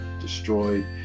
destroyed